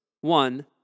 One